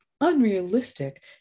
unrealistic